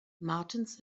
martens